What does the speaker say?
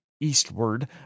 eastward